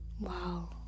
wow